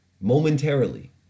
momentarily